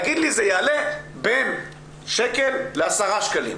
תגיד לי שזה יעלה בין שקל ל-10 שקלים.